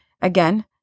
Again